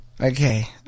Okay